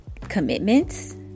commitments